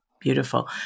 beautiful